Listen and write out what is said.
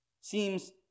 seems